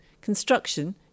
construction